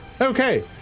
Okay